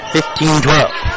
Fifteen-twelve